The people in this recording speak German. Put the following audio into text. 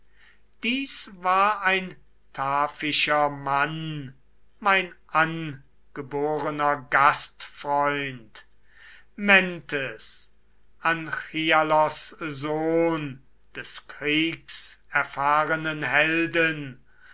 dies war ein taphischer mann mein angeborener gastfreund mentes anchialos sohn des kriegserfahrenen helden